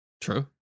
True